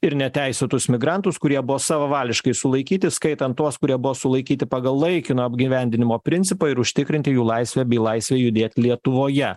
ir neteisėtus migrantus kurie buvo savavališkai sulaikyti įskaitant tuos kurie buvo sulaikyti pagal laikino apgyvendinimo principą ir užtikrinti jų laisvę bei laisvę judėt lietuvoje